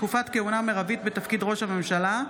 תקופת כהונה מרבית בתפקיד ראש הממשלה),